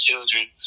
children